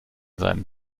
seinen